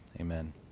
Amen